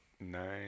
nine